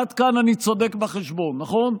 עד כאן אני צודק בחשבון, נכון?